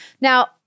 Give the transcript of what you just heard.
Now